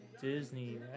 Disney